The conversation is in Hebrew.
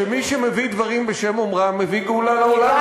שמי שמביא דברים בשם אומרם מביא גאולה לעולם.